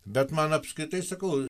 bet man apskritai sakau